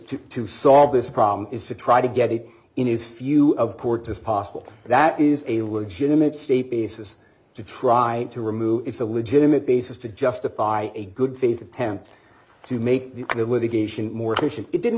to to solve this problem is to try to get it in a few of courts as possible that is a legitimate state basis to try to remove it's a legitimate basis to justify a good faith attempt to make the kind of litigation more efficient it didn't